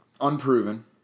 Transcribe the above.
Unproven